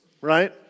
right